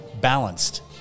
balanced